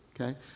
okay